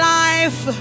life